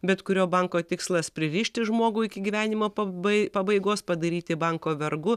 bet kurio banko tikslas pririšti žmogų iki gyvenimo pabai pabaigos padaryti banko vergu